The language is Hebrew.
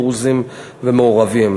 דרוזיים ומעורבים.